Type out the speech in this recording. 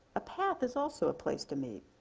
a path is also a place to meet.